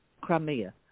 Crimea